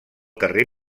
carrer